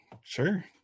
sure